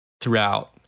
throughout